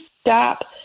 stop